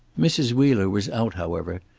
mrs. wheeler was out, however,